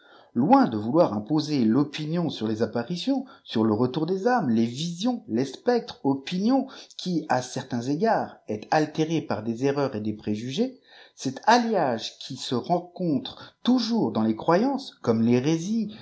ijoin de vouloir imposer l'opinion sur les apparitions sur le retour des âmes les visions les spectres opinion qui à certains égards et altérée par des erreurs et des préjugés cet alliage qui se rcontre toujours dans les croyances comme l'hérésie